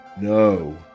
No